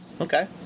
Okay